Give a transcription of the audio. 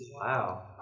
Wow